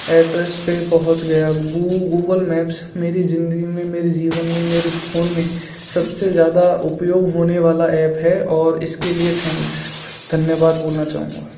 address पर पहुंच गया गु गूगल मैप्स मेरे ज़िंदगी में मेरे जीवन में मेरे फोन में सबसे ज़्यादा उपयोग होने वाला एप है और इसके लिए थैंक्स धन्यवाद बोलना चाहूँगा